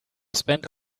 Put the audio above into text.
spend